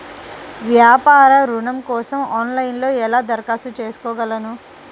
వ్యాపార ఋణం కోసం ఆన్లైన్లో ఎలా దరఖాస్తు చేసుకోగలను?